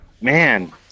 man